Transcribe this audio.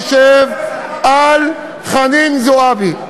אני אומר מה שאני חושב על חנין זועבי.